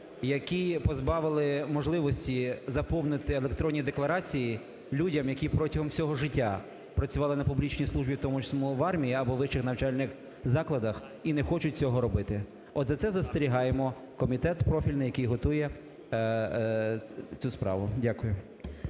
які позбавили можливості заповнити електронні декларації людям, які протягом всього життя працювали на публічній службі, у тому числі в армії або у вищих навчальних закладах, і не хочуть цього робити. От за це застерігаємо комітет профільний, який готує цю справу. Дякую.